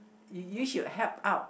you should help out